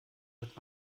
hört